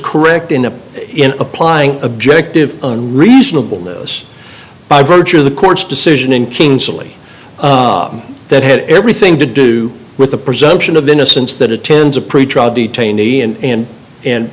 correct in a in applying objective reasonable notice by virtue of the court's decision in king salie that had everything to do with the presumption of innocence that attends a pretrial detainee and and